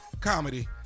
Comedy